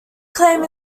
claim